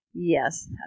Yes